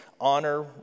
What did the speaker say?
honor